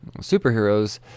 superheroes